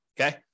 Okay